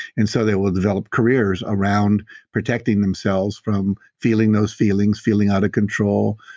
and so they will develop careers around protecting themselves from feeling those feelings, feeling out of control,